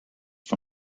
for